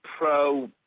pro